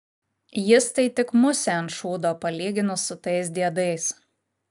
jis tai tik musė ant šūdo palyginus su tais diedais